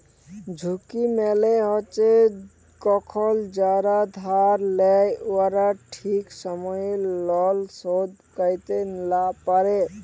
ঝুঁকি মালে হছে কখল যারা ধার লেই উয়ারা ঠিক সময়ে লল শোধ ক্যইরতে লা পারে